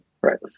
Right